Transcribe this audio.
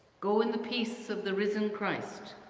go in the peace of the risen christ.